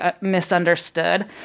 misunderstood